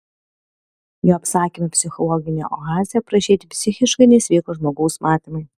jo apsakyme psichologinė oazė aprašyti psichiškai nesveiko žmogaus matymai